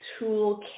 toolkit